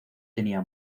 tenía